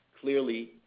clearly